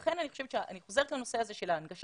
לכן אני חוזרת לנושא הזה של ההנגשה.